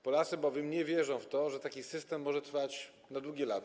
Polacy bowiem nie wierzą w to, że taki system może trwać długie lata.